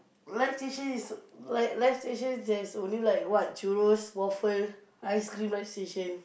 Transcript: live station is like live station has only like what churros waffles ice cream live station